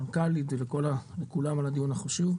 המנכ"לית וכולם על הדיון החשוב.